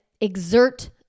exert